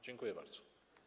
Dziękuję bardzo.